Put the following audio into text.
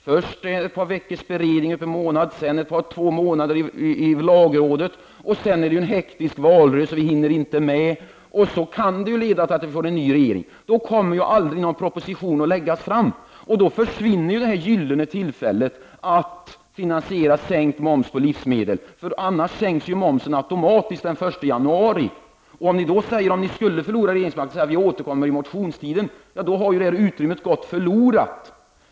Först ett par veckors och upp emot en månads beredning, sedan ett par månader i lagrådet, och sedan är det ju en hektisk valrörelse, och då hinner vi inte med det. Och den kan leda till att vi får en ny regering. Då kommer ju aldrig någon proposition att läggas fram. Då försvinner det här gyllene tillfället att finansiera sänkt moms på livsmedel. Då sänks momsen över lag automatiskt den 1 januari. Om ni skulle förlora regeringsmakten och vill återkomma under motionstiden har det här utrymmet gått förlorat.